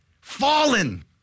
Fallen